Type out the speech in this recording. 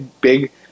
big